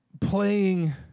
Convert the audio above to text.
playing